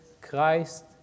Christ